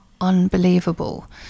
unbelievable